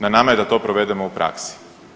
Na nama je da to provedemo u praksi.